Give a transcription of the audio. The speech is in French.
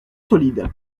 solide